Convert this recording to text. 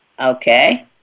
Okay